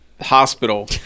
hospital